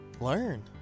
Learn